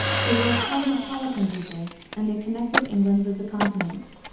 they were a cosmopolitan people, and they connected england with the continent.